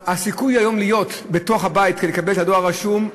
הסיכוי היום להיות בבית כדי לקבל את הדואר הרשום,